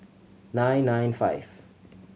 nine nine five